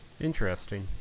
Interesting